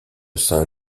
saint